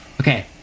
Okay